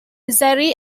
bizarre